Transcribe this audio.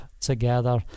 together